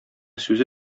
сүзе